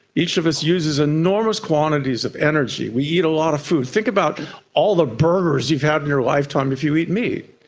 each of us uses enormous quantities of energy. we eat a lot of food. think about all the birds you've had in your lifetime if you eat meat.